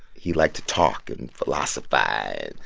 he liked to talk and philosophize,